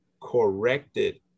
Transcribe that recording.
corrected